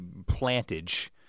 plantage